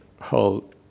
whole